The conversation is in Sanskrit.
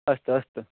अस्तु अस्तु